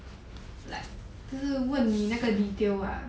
like 就是问你那个 detail lah